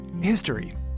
history